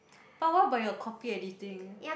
but what about your copy editing